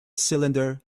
cylinder